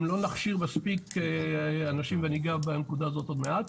אם לא נכשיר מספיק אנשים אגע בנגע הזאת עוד מעט,